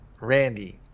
Randy